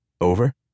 Over